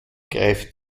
greift